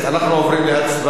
אנחנו עוברים להצבעה.